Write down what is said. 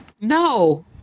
No